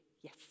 yes